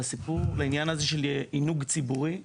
לעניין עינוג ציבורי.